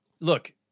Look